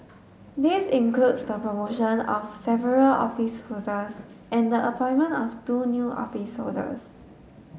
this includes the promotion of several office holders and the appointment of two new office holders